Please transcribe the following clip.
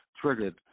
triggered